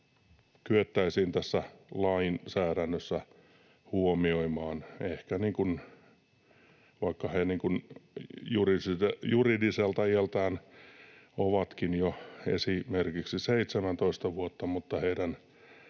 kyettäisiin tässä lainsäädännössä huomioimaan. Vaikka he juridiselta iältään ovatkin jo esimerkiksi 17-vuotta, heidän